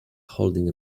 holding